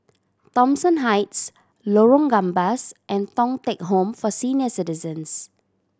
Thomson Heights Lorong Gambas and Thong Teck Home for Senior Citizens